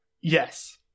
Yes